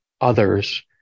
others